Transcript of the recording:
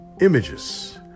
images